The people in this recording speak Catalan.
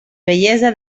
vellesa